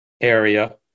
area